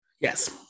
Yes